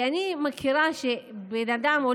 אני יודעת שבן אדם,